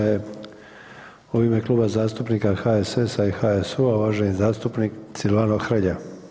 je u ime Kluba zastupnika HSS-a i HSU-a uvaženi zastupnik Silvano Hrelja.